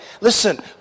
Listen